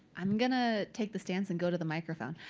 i'm going to take the stance and go to the microphone.